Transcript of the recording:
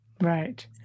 Right